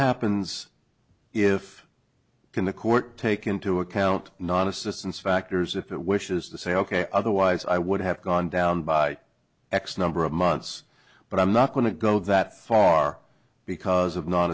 happens if can the court take into account not assistance factors if it wishes to say ok otherwise i would have gone down by x number of months but i'm not going to go that far because of non